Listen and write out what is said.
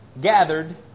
gathered